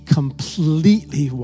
completely